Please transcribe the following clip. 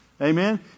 Amen